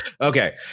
okay